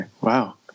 wow